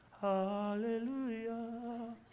Hallelujah